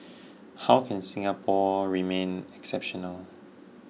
how can Singapore remain exceptional